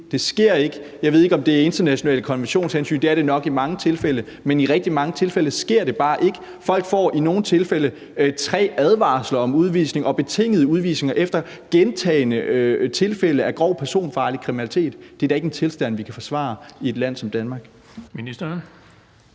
Det sker ikke. Jeg ved ikke, om det er af hensyn til internationale konventioner – det er det nok i mange tilfælde – men i rigtig mange tilfælde sker det bare ikke. Folk får i nogle tilfælde tre advarsler om udvisning eller idømmes betinget udvisning efter gentagne tilfælde af grov personfarlig kriminalitet. Det er da ikke en tilstand, vi kan forsvare i et land som Danmark.